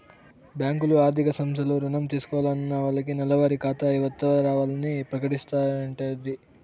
బ్యాంకులు, ఆర్థిక సంస్థలు రుణం తీసుకున్నాల్లకి నెలవారి ఖాతా ఇవరాల్ని ప్రకటిస్తాయంటోది